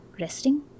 resting